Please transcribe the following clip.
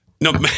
No